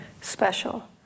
special